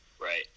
Right